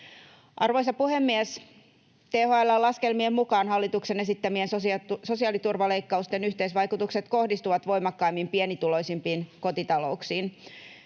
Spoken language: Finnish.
Arvoisa puhemies! THL:n laskelmien mukaan hallituksen esittämien sosiaaliturvaleikkausten yhteisvaikutukset kohdistuvat voimakkaimmin pienituloisimpiin kotitalouksiin.